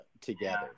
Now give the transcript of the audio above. together